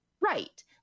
Right